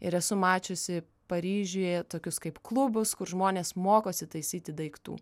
ir esu mačiusi paryžiuje tokius kaip klubus kur žmonės mokosi taisyti daiktų